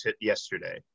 yesterday